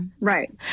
right